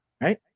right